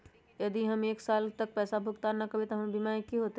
यदि हम एक साल तक पैसा भुगतान न कवै त हमर बीमा के की होतै?